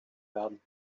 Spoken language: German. werden